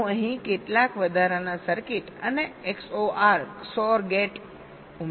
હું અહીં કેટલાક વધારાના સર્કિટ અને XOR ગેટ ઉમેરું છું